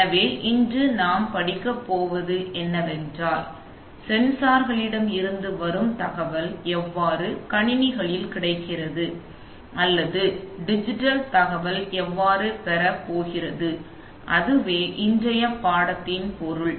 எனவே இன்று நாம் படிக்கப் போவது என்னவென்றால் சென்சார்களிடமிருந்து வரும் தகவல் எவ்வாறு கணினிகளில் கிடைக்கிறது அல்லது டிஜிட்டல் தகவல் எவ்வாறு பெறப் போகிறது அது வே இன்றைய பாடத்தின் பொருள்